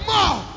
More